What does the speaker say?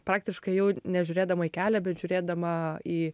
praktiškai ėjau nežiūrėdama į kelią bet žiūrėdama į